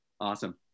Awesome